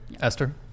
Esther